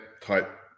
type